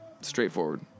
straightforward